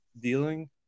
dealing